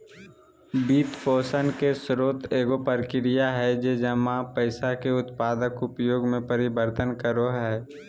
वित्तपोषण के स्रोत एगो प्रक्रिया हइ जे जमा पैसा के उत्पादक उपयोग में परिवर्तन करो हइ